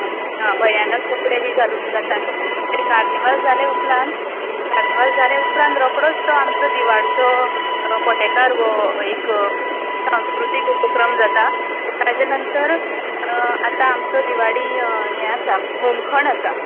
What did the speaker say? भयानक कपडे बी घालून जाता न्ही तशें ते कार्नीवाल जाल्या उपरांत कार्नीवाल जाल्या उपरांत रोखडोच तो आमचो दिवाडचो पोटेकार हो एक संस्कृतीक उपक्रम जाता ताचें नंतर आतां आमचो दिवाडी हे आसा होमखंड आसा